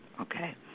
okay